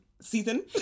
season